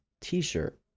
t-shirt